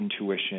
intuition